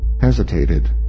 hesitated